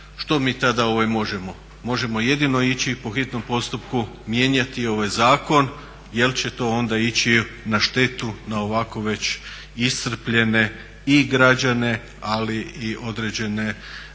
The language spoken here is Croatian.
što mi tada možemo. Možemo jedno ići po hitnom postupku mijenjati zakon, jer će to onda ići na štetu na ovako već iscrpljene i građane, ali i određene male